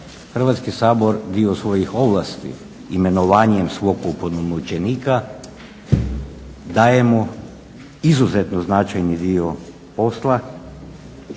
Hrvatski sabor dio svojih ovlasti imenovanjem svog opunomoćenika daje mu izuzetno značajni dio posla.